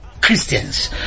Christians